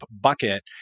bucket